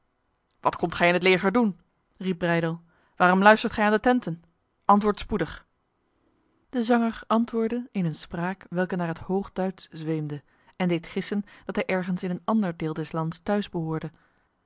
wat komt gij in het leger doen riep breydel waarom luistert gij aan de tenten antwoord spoedig de zanger antwoordde in een spraak welke naar het hoog duits zweemde en deed gissen dat hij ergens in een ander deel des lands thuis behoorde